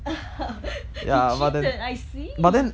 he cheated I see